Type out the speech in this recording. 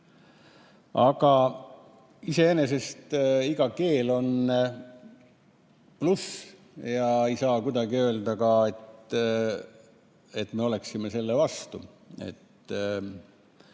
Iseenesest, iga keel on pluss ja ei saa ka kuidagi öelda, nagu me oleksime selle vastu,